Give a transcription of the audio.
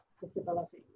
disability